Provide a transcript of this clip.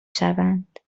شوند